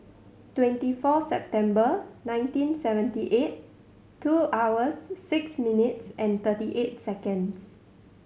twenty four September nineteen seventy eight two hours six minutes and thirty eight seconds